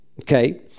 okay